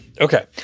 okay